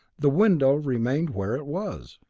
the window remained where it was.